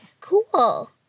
Cool